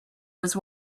was